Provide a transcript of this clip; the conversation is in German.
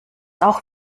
auch